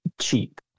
cheap